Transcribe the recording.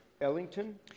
Ellington